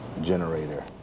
Generator